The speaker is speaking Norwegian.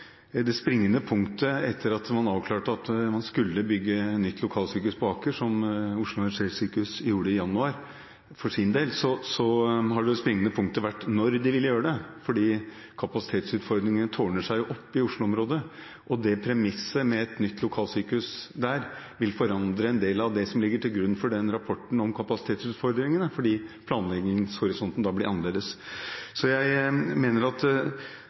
Etter at man avklarte at man skulle bygge nytt lokalsykehus på Aker, som Oslo universitetssykehus for sin del gjorde i januar, har det springende punktet vært når de ville gjøre det, for kapasitetsutfordringene tårner seg jo opp i Oslo-området. Premisset med et nytt lokalsykehus der vil forandre en del av det som ligger til grunn for rapporten om kapasitetsutfordringene, fordi planleggingshorisonten da blir annerledes. Så jeg mener at